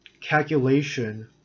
calculation